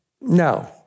No